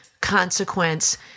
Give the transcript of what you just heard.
consequence